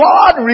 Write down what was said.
God